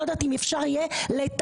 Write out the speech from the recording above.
הפרעתי לך.